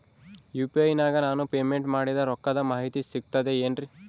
UPI ನಾಗ ನಾನು payment ಮಾಡಿದ ರೊಕ್ಕದ ಮಾಹಿತಿ ಸಿಕ್ತದೆ ಏನ್ರಿ?